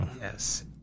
Yes